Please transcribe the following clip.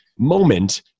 moment